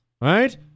right